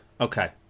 Okay